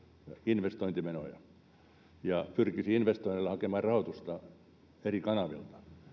investointimenoja ja pyrkisi investoinneillaan hakemaan rahoitusta eri kanavilta